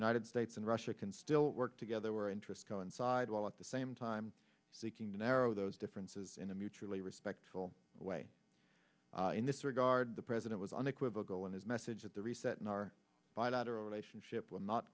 united states and russia can still work together were interest coincide while at the same time seeking to narrow those differences in a mutually respectful way in this regard the president was unequivocal in his message that the reset in our bilateral relationship will not